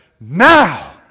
now